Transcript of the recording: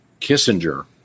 Kissinger